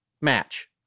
match